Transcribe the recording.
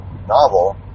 novel